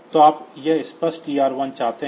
तो आप यह स्पष्ट TR1 चाहते हैं